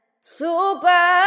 super